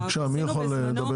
עשינו בזמנו